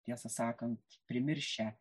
tiesą sakant primiršę